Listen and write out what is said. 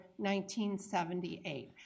1978